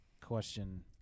question